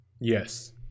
Yes